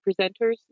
presenters